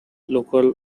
local